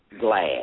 glad